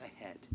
ahead